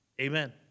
Amen